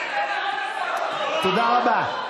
תודה רבה.